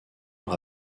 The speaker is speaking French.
leur